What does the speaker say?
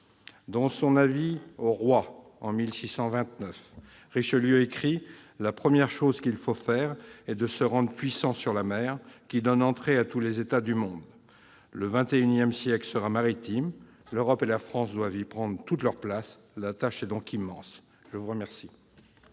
dans son avis au roi :« La première chose qu'il faut faire est de se rendre puissant sur la mer, qui donne entrée à tous les États du monde. » Le XXI siècle sera maritime. L'Europe et la France doivent y prendre toute leur place : la tâche est donc immense ! Très bien